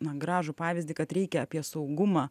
na gražų pavyzdį kad reikia apie saugumą